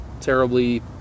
terribly